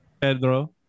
Pedro